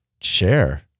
share